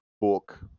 book